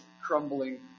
crumbling